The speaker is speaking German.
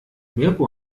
mirko